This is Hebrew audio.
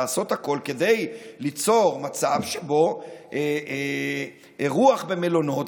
לעשות הכול כדי ליצור מצב שבו אירוח במלונות,